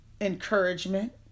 encouragement